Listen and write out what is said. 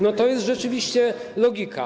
No to jest rzeczywiście logika.